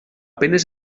penes